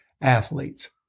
athletes